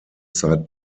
zeit